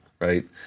right